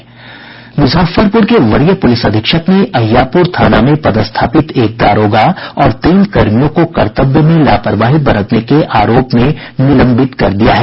मुजफ्फरपुर के वरीय पुलिस अधीक्षक ने अहियापुर थाना में पदस्थापित एक दारोगा और तीन कर्मियों को कर्तव्य में लापरवाही बरतने के आरोप में निलंबित कर दिया है